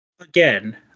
Again